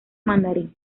mandarín